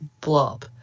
blob